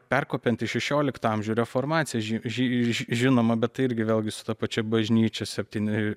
perkopiant į šešioliktą amžių reformacija ži ži žinoma bet tai irgi vėlgi su ta pačia bažnyčia septyni